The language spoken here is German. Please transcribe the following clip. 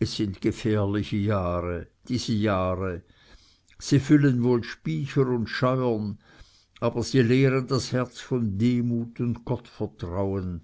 es sind gefährliche jahre diese jahre sie füllen wohl spycher und scheuren aber sie leeren das herz von demut und gottvertrauen